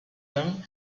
them